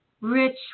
rich